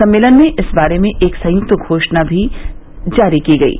सम्मेलन में इस बारे में एक संयुक्त घोषणा भी जारी की गयी